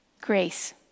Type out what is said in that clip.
Grace